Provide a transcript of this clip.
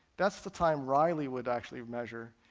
that's the time reilly would actually measure,